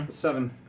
seven.